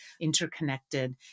interconnected